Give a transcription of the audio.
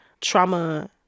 Trauma